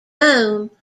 dome